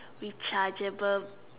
rechargeable